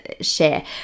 share